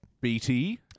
BT